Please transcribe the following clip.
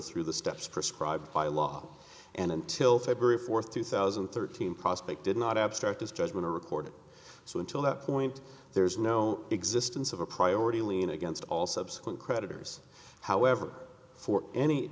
through the steps prescribed by law and until february fourth two thousand and thirteen prospected not abstract his judgment a record so until that point there's no existence of a priority lien against all subsequent creditors however for any